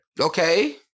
Okay